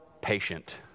patient